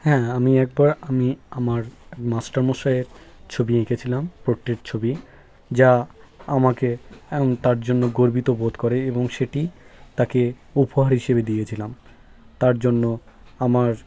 হ্যাঁ আমি একবার আমি আমার মাষ্টারমশাইয়ের ছবি এঁকেছিলাম প্রোট্রেট ছবি যা আমাকে এবং তার জন্য গর্বিত বোধ করে এবং সেটি তাকে উপহার হিসেবে দিয়েছিলাম তার জন্য আমার